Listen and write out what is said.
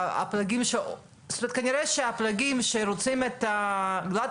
הפלגים ש כנראה שהפלגים שרוצים את הגלאט